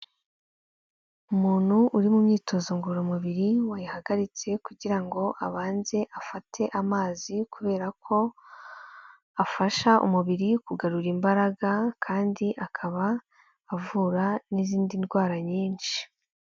Umuntu uri mu myitozo ngororamubiri wayihagaritse kugira ngo abanze afate amazi kubera ko afasha umubiri kugarura imbaraga kandi akaba avura n'izindi ndwara nyinshi.